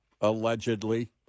allegedly